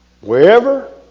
wherever